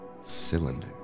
cylinder